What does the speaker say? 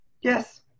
Yes